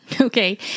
Okay